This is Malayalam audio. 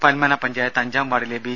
പൻമന പഞ്ചായത്ത് അഞ്ചാംവാർഡിലെ ബി